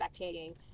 spectating